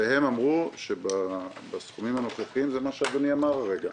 הם אמרו שבסכומים הנוכחיים זה מה שאדוני אמר הרגע,